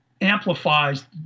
amplifies